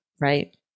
right